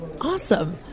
Awesome